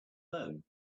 loan